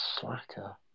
slacker